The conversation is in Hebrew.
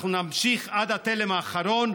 אנחנו נמשיך עד התלם האחרון,